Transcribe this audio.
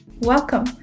Welcome